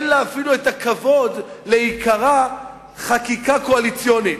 שאין לה אפילו הכבוד להיקרא "חקיקה קואליציונית"?